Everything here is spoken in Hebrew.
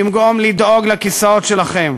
במקום לדאוג לכיסאות שלכם?